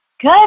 Good